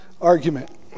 argument